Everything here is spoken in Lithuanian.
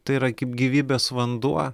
tai yra kaip gyvybės vanduo